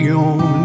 on